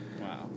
Wow